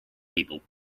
people